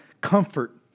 comfort